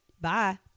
bye